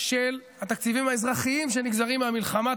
של התקציבים האזרחיים שנגזרים מהמלחמה.